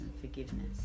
forgiveness